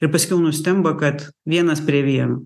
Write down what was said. ir paskiau nustemba kad vienas prie vieno